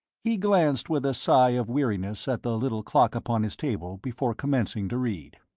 he glanced with a sigh of weariness at the little clock upon his table before commencing to read.